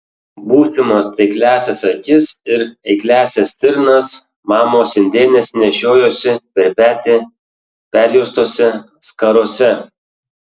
būsimas taikliąsias akis ir eikliąsias stirnas mamos indėnės nešiojosi per petį perjuostose skarose